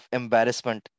embarrassment